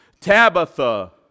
Tabitha